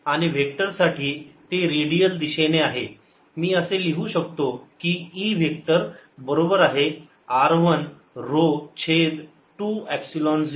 आणि व्हेक्टर साठी ते रेडियल दिशेने आहे मी असे लिहू शकतो की E व्हेक्टर बरोबर आहे r 1 ऱ्हो छेद 2 एपसिलोन 0